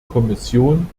kommission